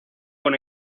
con